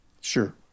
Sure